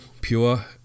pure